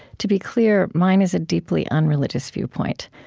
to be clear, mine is a deeply unreligious viewpoint.